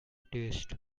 taste